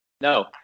No